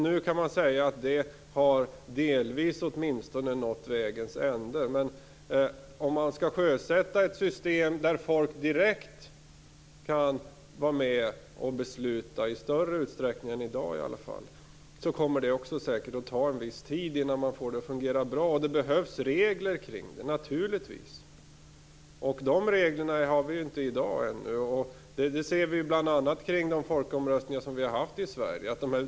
Nu kan man säga att det, delvis åtminstone, har nått vägs ände. Om man skall sjösätta ett system där folk direkt kan vara med och besluta, i större utsträckning än i dag i alla fall, kommer det säkert också att ta en del tid innan man får det att fungera bra. Det behövs naturligtvis regler omkring detta. De reglerna har vi ju inte i dag. Det ser vi bl.a. på de folkomröstningar som vi har haft i Sverige.